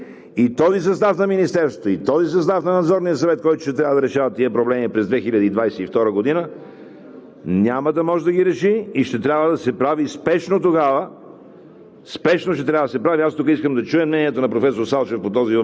той ще постави Касата в едно изключително тежко положение. И този състав на Министерството, и този състав на Надзорния съвет, който ще трябва да решава тези проблеми през 2022 г., няма да може да ги реши и ще трябва тогава да се прави спешно,